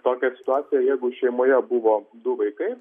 tokią situaciją jeigu šeimoje buvo du vaikai